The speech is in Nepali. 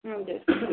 हजुर